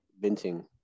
venting